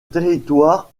territoire